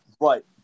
Right